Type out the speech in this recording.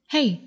Hey